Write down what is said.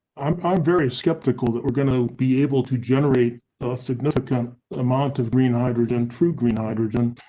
i'm i'm very skeptical that we're going to be able to generate a significant amount of green, hydrogen. true. green hydrogen,